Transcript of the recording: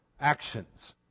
actions